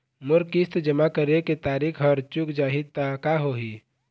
मोर किस्त जमा करे के तारीक हर चूक जाही ता का होही?